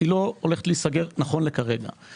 היא לא עומדת להיסגר נכון לרגע זה.